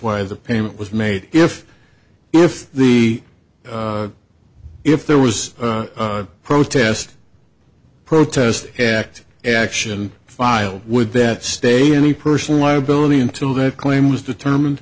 why the payment was made if if the if there was a protest protest hacked action filed would that state any personal liability until that claim was determined